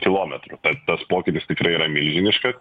kilometrų tad tas pokytis tikrai yra milžiniškas